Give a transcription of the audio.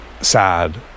sad